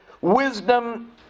wisdom